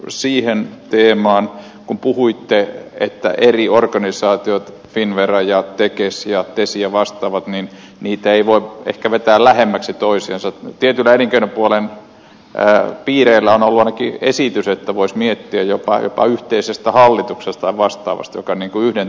siihen teemaan kun puhuitte että eri organisaatiot finnvera ja tekes ja viisi ja vastaavat niin niitä ei voi ehkä vetää lähemmäksi toisiansa tiedot elinkeinopuolen jää vielä nolla lakiesitys että vois miettiä jopa yhteisestä hallituksesta vastaavasti niinku yhden